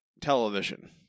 television